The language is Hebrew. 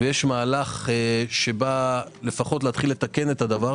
ויש מהלך שבא לפחות להתחיל לתקן את זה.